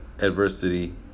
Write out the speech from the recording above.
adversity